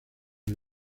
del